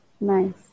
Nice